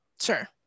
Sure